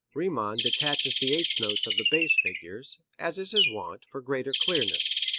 riemann detaches the eighth notes of the bass figures, as is his wont, for greater clearness.